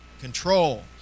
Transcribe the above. control